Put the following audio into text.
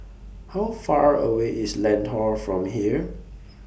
How Far A away IS Lentor from here